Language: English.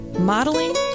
modeling